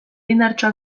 indartsuak